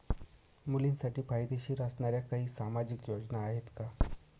मुलींसाठी फायदेशीर असणाऱ्या काही सामाजिक योजना आहेत का?